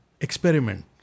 experiment